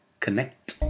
connect